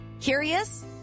Curious